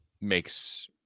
makes